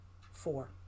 Four